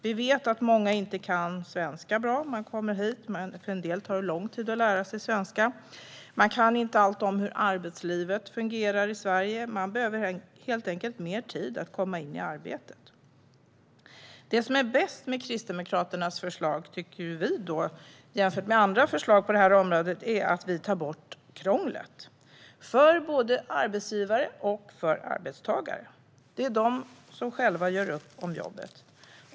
Vi vet att många inte kan svenska bra, och för en del tar det lång tid att lära sig svenska. De kan inte heller allt om hur arbetslivet fungerar i Sverige. De behöver helt enkelt mer tid för att komma in i arbetet. Det som är bäst med Kristdemokraternas förslag, jämfört med andra förslag på detta område, är att vi tar bort krånglet för både arbetsgivare och arbetstagare. De gör själva upp om jobbet.